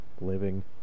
living